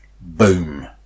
Boom